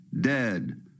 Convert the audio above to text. dead